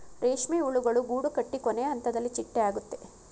ರೇಷ್ಮೆ ಹುಳುಗಳು ಗೂಡುಕಟ್ಟಿ ಕೊನೆಹಂತದಲ್ಲಿ ಚಿಟ್ಟೆ ಆಗುತ್ತೆ